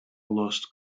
lost